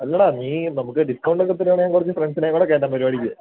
അല്ലടാ നീ നമുക്ക് ഡിസ്കൗണ്ട് ഒക്കെ തരികയാണെങ്കില് ഞാന് കുറച്ച് ഫ്രണ്ട്സിനെയും കൂടെ കയറ്റാം പരിപാടിക്ക്